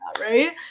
right